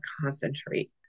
concentrate